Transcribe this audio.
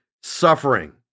suffering